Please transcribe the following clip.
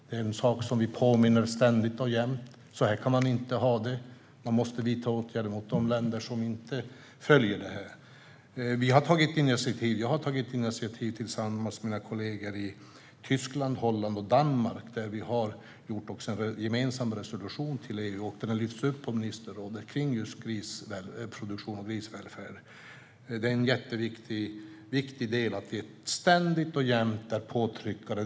Det är något som vi ständigt och jämt påminner om - så kan man inte ha det, utan man måste vidta åtgärder mot de länder som inte följer detta. Jag har tagit initiativ tillsammans med mina kollegor i Tyskland, Holland och Danmark, där vi har gjort en gemensam resolution till EU som har lyfts upp på ministerrådet kring just grisproduktion och grisvälfärd. Det är en jätteviktig del att vi ständigt och jämt är påtryckare.